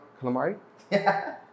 Calamari